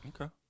Okay